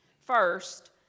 First